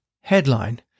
headline